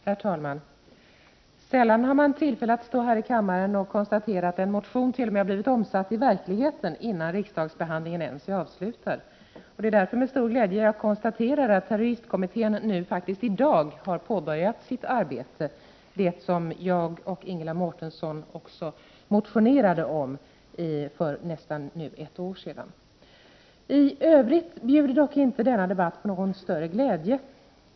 Herr talman! Sällan har man tillfälle att stå här i kammaren och konstatera att en motion t.o.m. har blivit omsatt i verkligheten innan riksdagsbehandlingen ens är avslutad. Det är därför med stor glädje jag konstaterar att terroristkommittén faktiskt i dag har påbörjat sitt arbete, det arbete som jag och Ingela Mårtensson motionerade om för nästan ett år sedan. I övrigt bjuder dock inte denna debatt på någon större glädje.